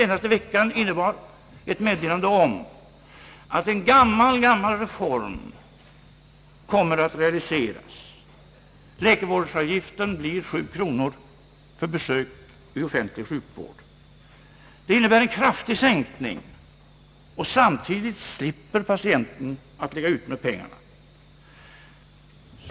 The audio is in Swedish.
Förra veckan aviserade vi att ett mycket gammalt önskemål kommer att realiseras: avgiften för läkarbesök inom den offentliga sjukvården blir 7 kronor. Det innebär en kraftig sänkning, och samtidigt slipper patienten att ligga ute med pengarna.